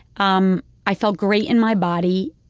um i felt great in my body.